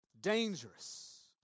Dangerous